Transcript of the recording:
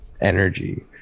energy